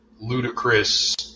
ludicrous